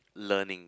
learning